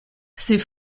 ces